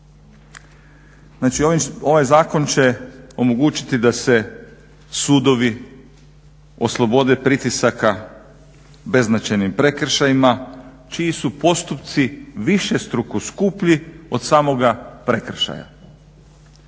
ovaj zakon će omogućiti da se sudovi oslobode pritisaka beznačajnim prekršajima čiji su postupci višestruku skuplji od samoga prekršaja.